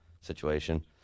situation